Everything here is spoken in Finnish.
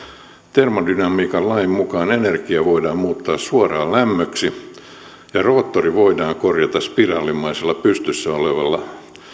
termodynamiikan lain mukaan energia voidaan muuttaa suoraan lämmöksi ja roottori voidaan korvata spiraalimaisella pystyssä olevalla